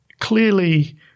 Clearly